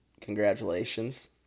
congratulations